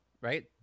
right